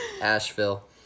Asheville